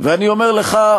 ואני אומר לך,